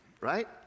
right